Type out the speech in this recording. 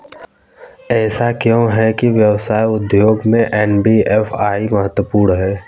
ऐसा क्यों है कि व्यवसाय उद्योग में एन.बी.एफ.आई महत्वपूर्ण है?